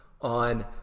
on